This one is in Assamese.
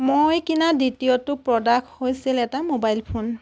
মই কিনা দ্বিতীয়টো প্ৰডাক্ট হৈছিল এটা ম'বাইল ফোন